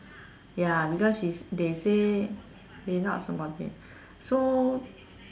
ya because is they say they not supporting so